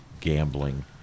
gambling